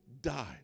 died